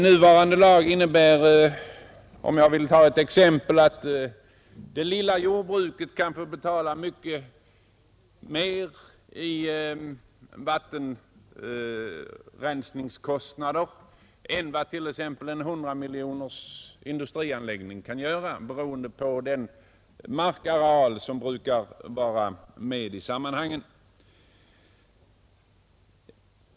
Nuvarande lag innebär, för att ta ett exempel, att det lilla jordbruket kan få betala mycket mer i vattenrensningskostnader än vad låt mig säga en 100-miljoners industrianläggning får göra, beroende på den markareal som brukar vara med i sammanhanget.